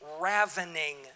ravening